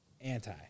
Anti